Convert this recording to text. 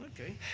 okay